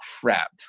crap